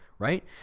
Right